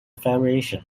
variation